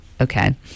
Okay